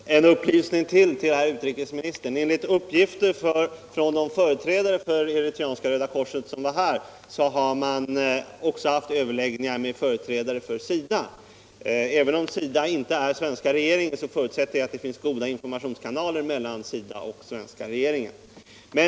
Herr talman! En upplysning till, till herr utrikesministern. Enligt uppgifter från de företrädare för Eritreanska röda korset som var här har de också haft överläggningar med företrädare för SIDA. Även om SIDA inte är svenska regeringen, förutsätter jag att det finns goda kanaler för information mellan SIDA och regeringen.